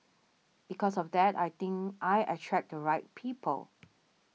because of that I think I attract the right people